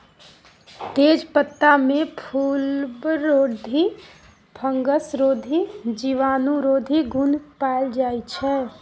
तेजपत्तामे फुलबरोधी, फंगसरोधी, जीवाणुरोधी गुण पाएल जाइ छै